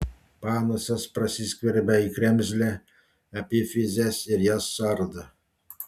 panusas prasiskverbia į kremzlę epifizes ir jas suardo